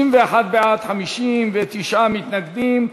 61 בעד, 59 מתנגדים.